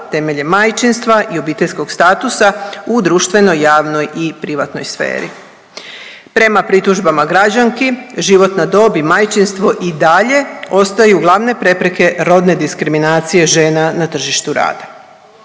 temeljem majčinstva i obiteljskog statusa u društvenoj, javnoj i privatnoj sferi. Prema pritužbama građanki životna dob i majčinstvo i dalje ostaju glavne prepreke rodne diskriminacije žena na tržištu rada.